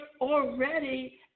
already